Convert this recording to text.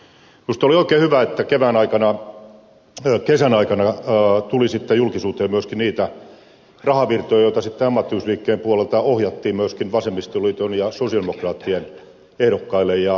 minusta oli oikein hyvä että kesän aikana tuli julkisuuteen myöskin niitä rahavirtoja joita ammattiyhdistysliikkeen puolelta ohjattiin myöskin vasemmistoliiton ja sosialidemokraattien ehdokkaille